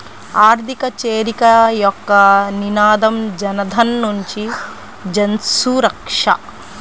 ఆర్థిక చేరిక యొక్క నినాదం జనధన్ నుండి జన్సురక్ష